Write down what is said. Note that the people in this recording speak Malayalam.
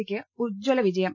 സിക്ക് ഉജ്ജല വിജയം